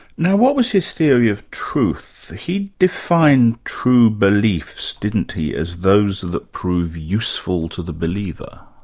now, what was his theory of truth? he defined true beliefs, didn't he, as those that prove useful to the believer?